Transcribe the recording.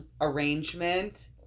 arrangement